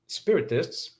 spiritists